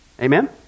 Amen